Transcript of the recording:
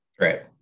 Right